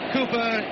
Cooper